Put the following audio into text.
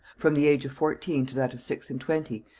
from the age of fourteen to that of six-and-twenty,